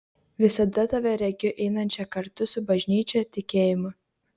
visada tave regiu einančią kartu su bažnyčia tikėjimu